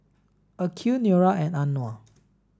Aqil Nura and Anuar